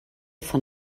von